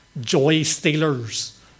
joy-stealers